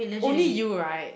only you right